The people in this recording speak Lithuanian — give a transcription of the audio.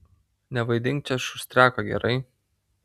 nevaidink čia šustriako gerai